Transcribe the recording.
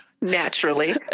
naturally